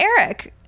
eric